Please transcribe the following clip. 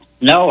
No